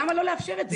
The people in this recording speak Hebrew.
למה לא לאפשר את זה?